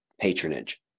patronage